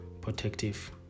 protective